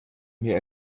mir